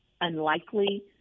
unlikely